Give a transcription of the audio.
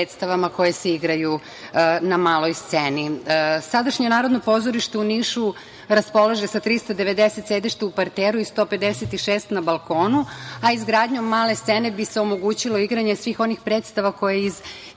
koje se igraju na maloj sceni. Sadašnje Narodno pozorište u Nišu raspolaže sa 390 sedišta u parteru i 156 na balkonu, a izgradnjom male scene bi se omogućilo igranje svih onih predstava koje iz